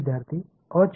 विद्यार्थी अ चे